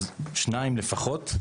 יש שניים לפחות.